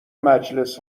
مجلس